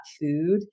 food